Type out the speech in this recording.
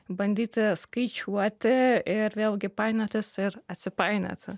bandyti skaičiuoti ir vėlgi painiotis ir atsipainioti